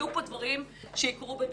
יהיו פה דברים שיקרו בדרך.